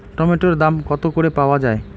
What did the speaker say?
টমেটোর দাম কত করে পাওয়া যায়?